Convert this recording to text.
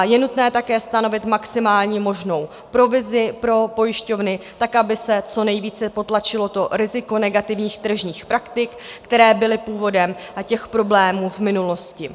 Je nutné také stanovit maximální možnou provizi pro pojišťovny tak, aby se co nejvíce potlačilo riziko negativních tržních praktik, které byly původem problémů v minulosti.